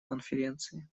конференции